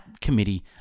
Committee